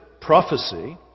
prophecy